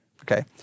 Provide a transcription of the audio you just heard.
Okay